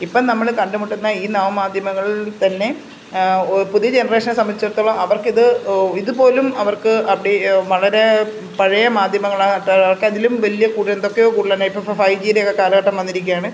ഇപ്പം നമ്മൾ കണ്ടുമുട്ടുന്ന ഈ നവ മാധ്യമങ്ങളിൽ തന്നെ പുതിയ ജനറേഷനെ സംബന്ധിച്ചിടത്തോളം അവർക്കിത് ഓ ഇതുപോലും അവർക്ക് അപ്ഡേ വളരെ പഴയ മാധ്യമങ്ങളായിട്ട് അവർക്ക് അതിലും വലിയ കൂടുതൽ എന്തൊക്കെയോ കൂടുതൽ ഇപ്പം ഫൈവ് ജിയുടെ ഒക്കെ കാലഘട്ടം വന്നിരിക്കുകയാണ്